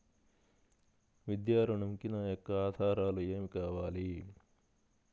విద్యా ఋణంకి నా యొక్క ఆధారాలు ఏమి కావాలి?